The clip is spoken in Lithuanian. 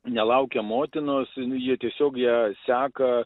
nelaukia motinos ir jie tiesiog ją seka